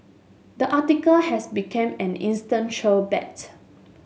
the article has became an instant troll bait